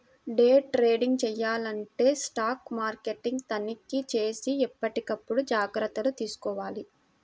day trading చెయ్యాలంటే stock మార్కెట్ని తనిఖీచేసి ఎప్పటికప్పుడు జాగర్తలు తీసుకోవాలి